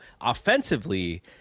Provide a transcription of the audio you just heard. offensively